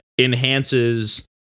enhances